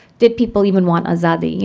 did people even want azadi?